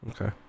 Okay